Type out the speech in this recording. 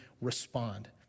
respond